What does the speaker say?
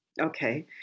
Okay